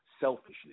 selfishness